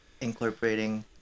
incorporating